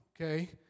okay